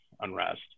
unrest